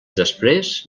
després